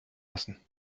lassen